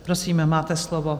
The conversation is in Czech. Prosím, máte slovo.